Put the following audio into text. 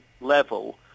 level